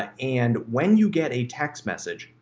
and when you get a text message,